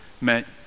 meant